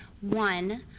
One